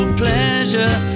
pleasure